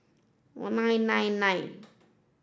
one nine nine nine